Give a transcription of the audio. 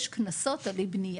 יש קנסות על אי בנייה.